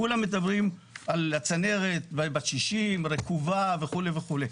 כולם מדברים על הצנרת, בת 60, רקובה וכו' וכו',